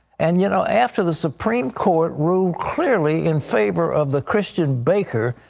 and, you know, after the supreme court ruled clearly in favor of the christian baker,